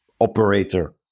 operator